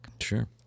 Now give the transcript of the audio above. Sure